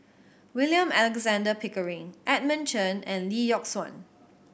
William Alexander Pickering Edmund Chen and Lee Yock Suan